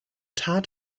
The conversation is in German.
tat